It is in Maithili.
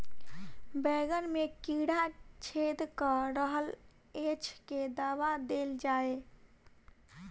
बैंगन मे कीड़ा छेद कऽ रहल एछ केँ दवा देल जाएँ?